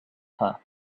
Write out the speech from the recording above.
her